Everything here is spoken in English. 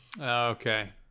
Okay